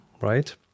right